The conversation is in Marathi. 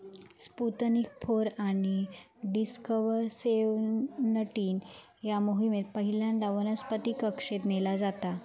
स्पुतनिक फोर आणि डिस्कव्हर सेव्हनटीन या मोहिमेत पहिल्यांदा वनस्पतीक कक्षेत नेला जाता